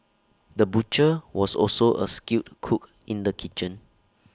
the butcher was also A skilled cook in the kitchen